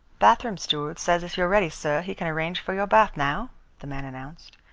bathroom steward says if you are ready, sir, he can arrange for your bath now, the man announced.